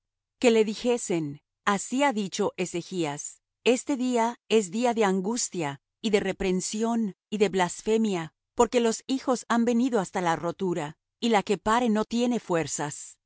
que le dijesen así ha dicho ezechas este día es día de angustia y de reprensión y de blasfemia porque los hijos han venido hasta la rotura y la que pare no tiene fuerzas